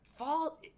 Fall